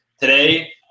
Today